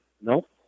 Nope